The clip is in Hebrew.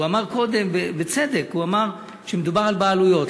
והוא אמר קודם, ובצדק, שמדובר על בעלויות.